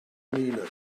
miene